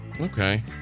Okay